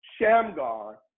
Shamgar